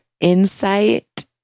insight